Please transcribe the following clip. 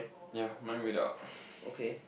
ya mine without